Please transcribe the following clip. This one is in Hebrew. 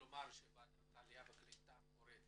ועדת העלייה והקליטה קוראת